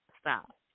Stop